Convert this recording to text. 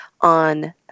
on